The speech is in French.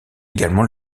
également